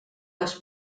les